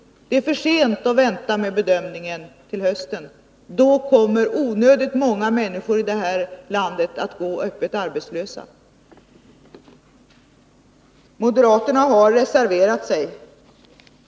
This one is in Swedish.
Det är för sent att vänta med bedömningen till hösten. Då kommer onödigt många människor i det här landet att gå öppet arbetslösa. Moderaterna har reserverat sig.